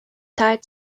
tight